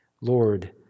Lord